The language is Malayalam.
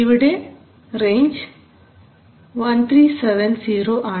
ഇവിടെ റേഞ്ച് 1370 ആണ്